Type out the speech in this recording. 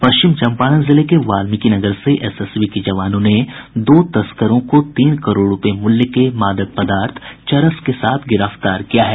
पश्चिम चम्पारण जिले के वाल्मीकिनगर से एसएसबी के जवानों ने दो तस्करों को तीन करोड़ रूपये मूल्य के मादक पदार्थ चरस के साथ गिरफ्तार किया है